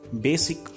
basic